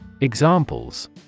Examples